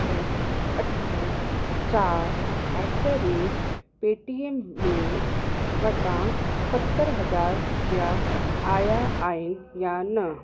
अठ अठ चार एट द रेट पेटीएम में वटां सतर हज़ार रुपया आया आहिनि या न